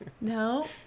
No